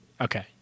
Okay